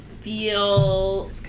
feel